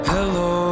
Hello